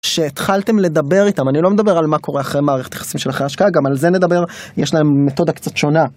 כשהתחלתם לדבר איתם, אני לא מדבר על מה קורה אחרי מערכת היחסים של אחרי ההשקעה, גם על זה נדבר, יש להם מתודה קצת שונה.